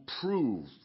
prove